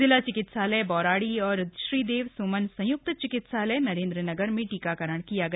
जिला चिकित्सालय बौराड़ी और श्रीदेव स्मन संयुक्त चिकित्सालय नरेंद्रनगर में टीकाकरण किया गया